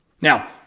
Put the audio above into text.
Now